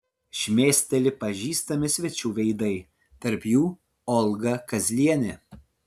šmėsteli pažįstami svečių veidai tarp jų olga kazlienė